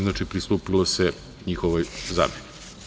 Znači, pristupilo se njihovoj zameni.